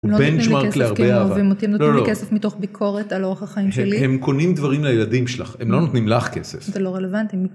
הם לא נותנים לי כסף כי הם אוהבים אותי, הם נותנים לי כסף מתוך ביקורת על אורח החיים שלי. הם קונים דברים לילדים שלך, הם לא נותנים לך כסף. זה לא רלוונטי.